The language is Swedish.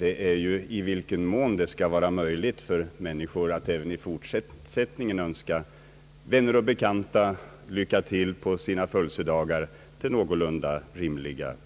är ju i vilken mån det skall vara möjligt för människor att även i fortsättningen till någorlunda rimliga priser önska vänner och bekanta lycka till på deras födelsedagar.